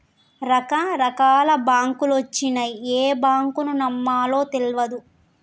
రకరకాల బాంకులొచ్చినయ్, ఏ బాంకును నమ్మాలో తెల్వదు